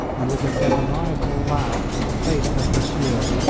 and with a demoniacal laugh faced her pursuers,